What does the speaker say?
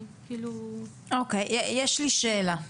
יש לי שאלה.